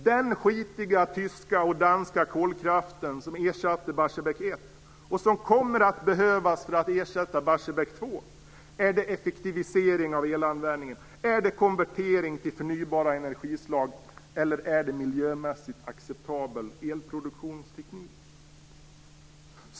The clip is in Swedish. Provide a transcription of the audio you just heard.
Innebär den skitiga tyska och danska kolkraften som ersatte Barsebäck 1 och som kommer att behövas för att ersätta Barsebäck 2 en effektivisering av elanvändningen? Är det konvertering till förnybara energislag? Är det miljömässigt acceptabel elproduktionsteknik?